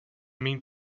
mean